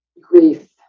grief